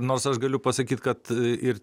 nors aš galiu pasakyt kad ir